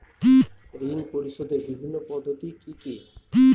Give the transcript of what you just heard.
ঋণ পরিশোধের বিভিন্ন পদ্ধতি কি কি?